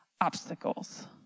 obstacles